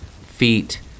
feet